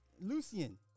Lucian